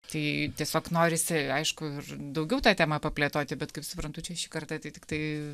tai tiesiog norisi aišku ir daugiau ta tema paplėtoti bet kaip suprantu čia šį kartą tai tiktai